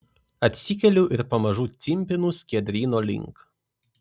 atsikeliu ir pamažu cimpinu skiedryno link